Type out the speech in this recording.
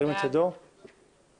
מי נגד?